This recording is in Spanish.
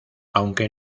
aunque